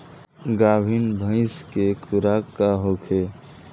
गाभिन भैंस के खुराक का होखे?